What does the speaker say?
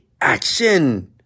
action